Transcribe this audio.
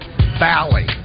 Valley